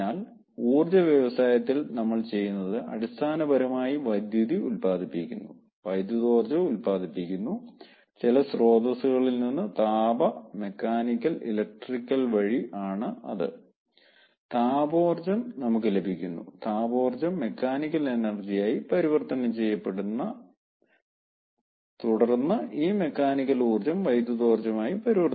അതിനാൽ ഊർജ്ജ വ്യവസായത്തിൽ നമ്മൾ ചെയ്യുന്നത് അടിസ്ഥാനപരമായി വൈദ്യുതി ഉൽപാദിപ്പിക്കുന്നു വൈദ്യുതോർജ്ജം ഉൽപാദിപ്പിക്കുന്നു ചില സ്രോതസ്സുകളിൽ നിന്ന് താപ മെക്കാനിക്കൽ ഇലക്ട്രിക്കൽ വഴി ആണ് അത്താപോർജ്ജം നമുക്ക് ലഭിക്കുന്നു താപോർജ്ജം മെക്കാനിക്കൽ എനർജിയായി പരിവർത്തനം ചെയ്യപ്പെടുന്ന തുടർന്ന് ഈ മെക്കാനിക്കൽ ഊർജ്ജം വൈദ്യുതോർജ്ജമായി പരിവർത്തനം ചെയ്യുന്നു